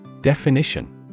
Definition